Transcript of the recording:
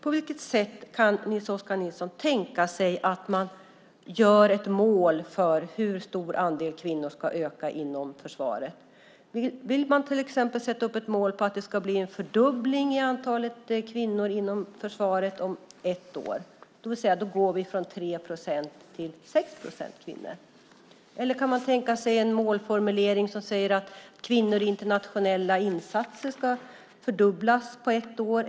På vilket sätt kan Nils Oskar Nilsson tänka sig att man kan öka andelen kvinnor inom försvaret? Vill man till exempel sätta upp ett mål att det ska bli en fördubbling av antalet kvinnor inom försvaret inom ett år? Då går vi från 3 procent till 6 procent kvinnor. Eller kan man tänka sig en målformulering som säger att antalet kvinnor i internationella insatser ska fördubblas på ett år?